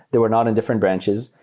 there were not in different branches.